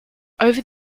over